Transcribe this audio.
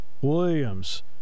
Williams